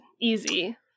Easy